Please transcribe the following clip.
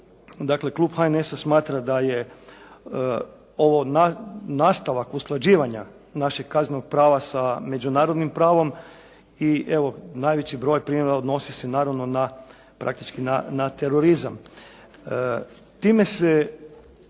Dakle, klub HNS-a smatra da je ovo nastavak usklađivanja našeg kaznenog prava sa međunarodnim pravom i evo najveći broj primjera odnosi se naravno na praktički na terorizam.